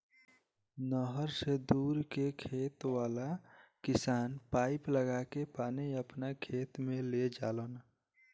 नहर से दूर के खेत वाला किसान पाइप लागा के पानी आपना खेत में ले जालन